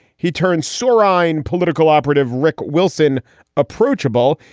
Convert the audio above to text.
he turns soverign political operative rick wilson approachable.